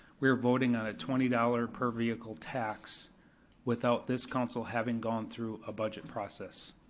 we are voting on a twenty dollars per vehicle tax without this council having gone through a budget process.